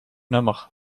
nummer